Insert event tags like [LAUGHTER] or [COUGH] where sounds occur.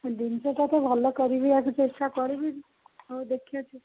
ଜିନିଷଟା ତ ଭଲ କରିବାକୁ ଚେଷ୍ଟା କରିବି ହଉ ଦେଖିବା [UNINTELLIGIBLE]